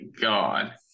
God